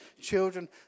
children